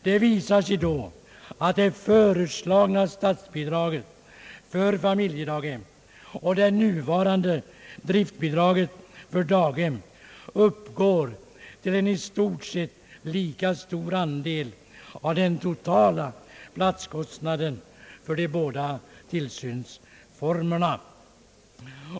Det visar sig då att det föreslagna statsbidraget för familjedaghem och det nuvarande driftbidraget till daghem uppgår till i stort sett samma andel av den totala platskostnaden för de båda tillsynsformerna.